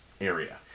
area